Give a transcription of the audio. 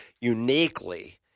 uniquely